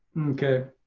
okay.